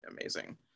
amazing